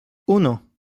uno